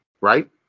right